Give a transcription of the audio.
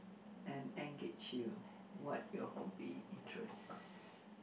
and engage you what your hobby interests